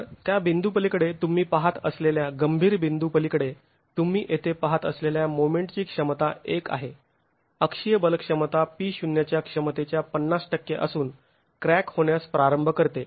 तर त्या बिंदू पलीकडे तुम्ही पाहत असलेल्या गंभीर बिंदू पलीकडे तुम्ही येथे पाहत असलेल्या मोमेंटची क्षमता १ आहे अक्षीय बल क्षमता P0 च्या क्षमतेच्या ५० टक्के असून क्रॅक होण्यास प्रारंभ करते